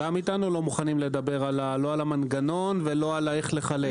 גם איתנו לא מוכנים לדבר; לא על המנגנון ולא על איך לחלק.